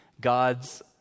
God's